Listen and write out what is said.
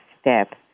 step